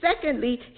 secondly